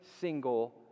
single